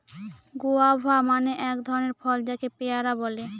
guava মানে এক ধরনের ফল যাকে পেয়ারা বলে